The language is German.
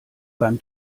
beim